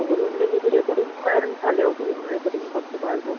ওগুলো ওগুলো যদি রেকর্ডিং করেন তাহলে ওগুলো রেকর্ডিং করতে পারব